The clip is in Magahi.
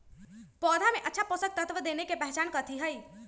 पौधा में अच्छा पोषक तत्व देवे के पहचान कथी हई?